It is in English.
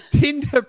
Tinder